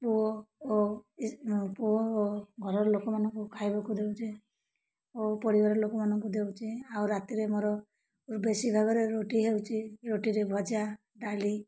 ପୁଅ ଓ ପୁଅ ଓ ଘରର ଲୋକମାନଙ୍କୁ ଖାଇବାକୁ ଦେଉଛେ ଓ ପରିବାର ଲୋକମାନଙ୍କୁ ଦେଉଛେ ଆଉ ରାତିରେ ମୋର ବେଶୀ ଭାଗରେ ରୁଟି ହେଉଛି ରୁଟିରେ ଭଜା ଡ଼ାଲି